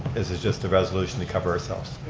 is is just a resolution to cover ourselves.